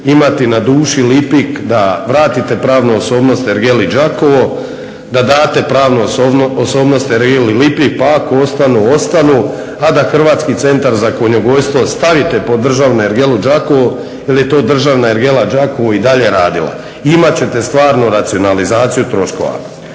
imati na duši Lipik, da vratite pravnu osobnost ergeli Đakovo, da date pravnu osobnost ergeli Lipik pa ako ostanu, ostanu a da Hrvatski centar za konjogojstvo stavite pod državnu ergelu Đakovo jer je to državna ergela Đakovo i dalje radila. Imat ćete stvarnu racionalizaciju troškova.